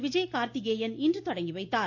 விஜயகார்த்திகேயன் இன்று தொடங்கிவைத்தார்